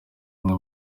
umwe